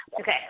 Okay